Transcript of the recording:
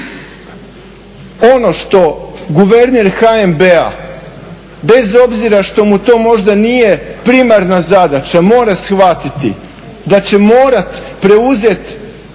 Ono što guverner HNB-a bez obzira što mu to možda nije primarna zadaća mora shvatiti da će morati preuzeti